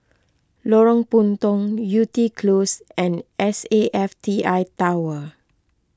Lorong Puntong Yew Tee Close and S A F T I Tower